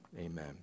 amen